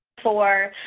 for.